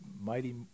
mighty